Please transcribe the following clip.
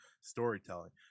storytelling